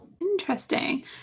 interesting